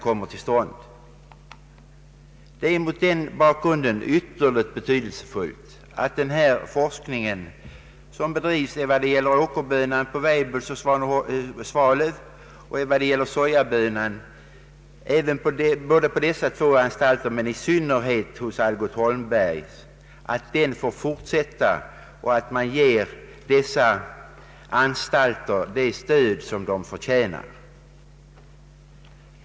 Det är mot den bakgrunden ytterligt betydelsefullt att den forskning får fortsätta som bedrivs vid Weibullsholm och Svalöv vad beträffar åkerbönan och vid båda dessa anstalter men också — och i synnerhet — hos Algot Holmberg & söner rörande sojabönan. Givetvis är det också nödvändigt att ge dessa anstalter det stöd som de förtjänar.